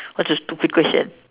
what's the stupid question